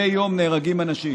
מדי יום נהרגים אנשים.